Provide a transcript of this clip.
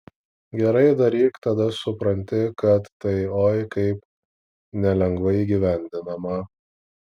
gerai daryk tada supranti kad tai oi kaip nelengvai įgyvendinama